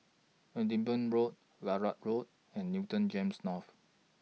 Edinburgh Road Larut Road and Newton Gems North